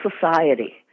society